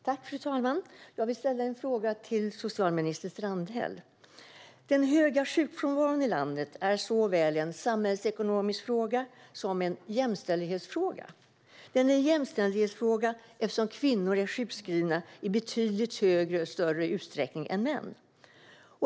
Fru talman! Min fråga går till socialminister Strandhäll. Den höga sjukfrånvaron i landet är såväl en samhällsekonomisk fråga som en jämställdhetsfråga. Den är en jämställdhetsfråga eftersom kvinnor är sjukskrivna i betydligt högre och större utsträckning än män.